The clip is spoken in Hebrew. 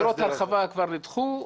להרחבה, העתירות להרחבה כבר נדחו.